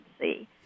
see